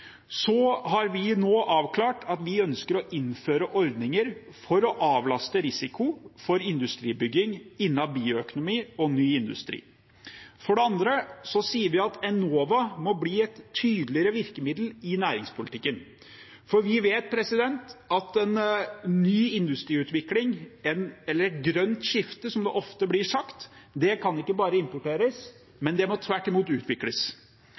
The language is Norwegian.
har vi nå avklart at vi ønsker å innføre ordninger for å avlaste risikoen for industribygging innen bioøkonomi og ny industri. For det andre sier vi at Enova må bli et tydeligere virkemiddel i næringspolitikken, for vi vet at en ny industri – eller et grønt skifte, som det ofte blir sagt – ikke bare kan importeres; det må tvert imot utvikles.